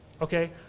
okay